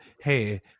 hey